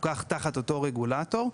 מפוקח תחת אותו רגולטור.